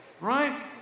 Right